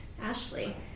Ashley